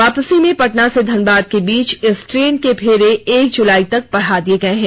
वापसी में पटना से धनबाद के बीच इस ट्रेन के फेरे एक जुलाई तक बढ़ा दिए गए हैं